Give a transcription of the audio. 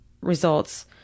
results